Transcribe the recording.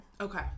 Okay